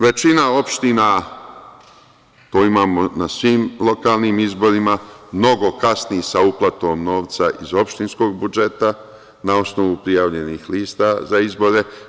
Većina opština, to imamo na svim lokalnim izborima, mnogo kasni sa uplatom novca iz opštinskog budžeta na osnovu prijavljenih lista za izbore.